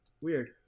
Weird